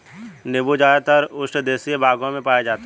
नीबू ज़्यादातर उष्णदेशीय भागों में पाया जाता है